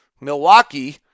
Milwaukee